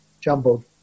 jumbled